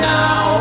now